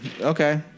Okay